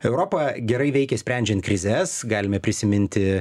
europa gerai veikia sprendžian krizes galime prisiminti